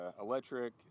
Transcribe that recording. electric